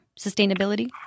sustainability